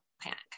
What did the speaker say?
panic